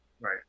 Right